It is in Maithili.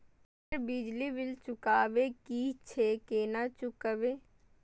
सर बिजली बील चुकाबे की छे केना चुकेबे?